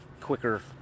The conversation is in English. quicker